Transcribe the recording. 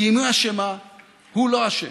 כי אם היא אשמה הוא לא אשם.